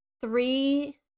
three